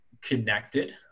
connected